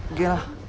ya